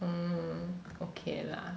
mm okay lah